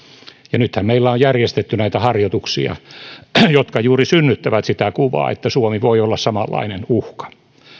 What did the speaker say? ja nythän meillä on järjestetty näitä harjoituksia jotka juuri synnyttävät sitä kuvaa että suomi voi olla samanlainen uhka